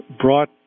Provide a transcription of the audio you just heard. brought